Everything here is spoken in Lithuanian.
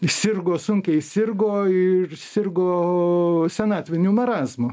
sirgo sunkiai sirgo ir sirgo senatviniu marazmu